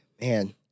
man